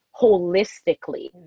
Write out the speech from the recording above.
holistically